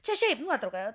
čia šiaip nuotrauka